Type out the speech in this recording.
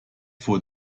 vor